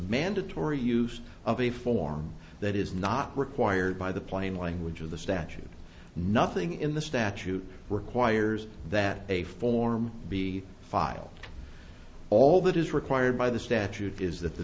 mandatory use of a form that is not required by the plain language of the statute nothing in the statute requires that a form be filed all that is required by the statute is that the